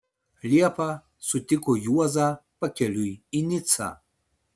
liepą sutiko juozą pakeliui į nicą